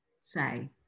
say